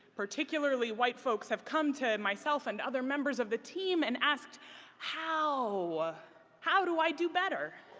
particularly white folks, have come to myself and other members of the team and asked how how do i do better?